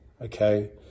okay